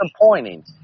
disappointing